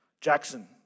Jackson